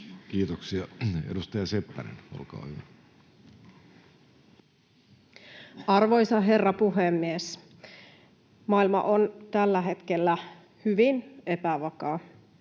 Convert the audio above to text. Kiitoksia. — Edustaja Seppänen, olkaa hyvä. Arvoisa herra puhemies! Maailma on tällä hetkellä hyvin epävakaa.